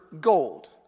gold